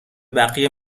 بقیه